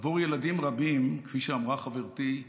עבור ילדים רבים, כפי שאמרה חברתי,